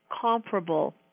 comparable